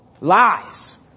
Lies